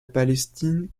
palestine